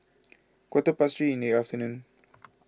quarter past three in the afternoon